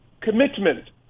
commitment